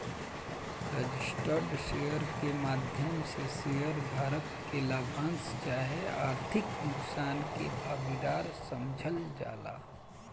registered share के माध्यम से शेयर धारक के लाभांश चाहे आर्थिक नुकसान के भागीदार समझल जाला